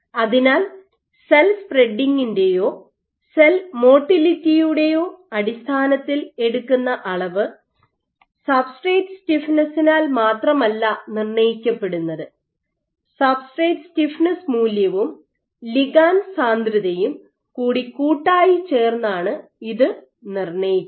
അതിനാൽ സെൽ സ്പ്രെഡിംഗിന്റെയോ സെൽ മോട്ടിലിറ്റിയുടെയോ അടിസ്ഥാനത്തിൽ എടുക്കുന്ന അളവ് സബ്സ്ട്രേറ്റ് സ്റ്റിഫ്നെസിനാൽ മാത്രമല്ല നിർണ്ണയിക്കപ്പെടുന്നത് സബ്സ്ട്രേറ്റ് സ്റ്റിഫ്നെസ് മൂല്യവും ലിഗാണ്ട് സാന്ദ്രതയും കൂടി കൂട്ടായി ചേർന്നാണ് ഇത് നിർണ്ണയിക്കുന്നത്